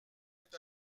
est